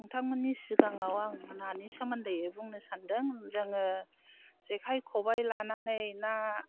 नोंथांमोननि सिगाङाव आङो नानि सोमोन्दै बुंनो सानदों जोङो जेखाइ खबाइ लानानै ना